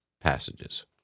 passages